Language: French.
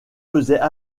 faisaient